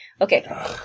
Okay